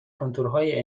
کنتورهای